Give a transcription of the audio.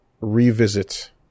revisit